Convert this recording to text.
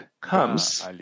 comes